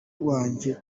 wanjye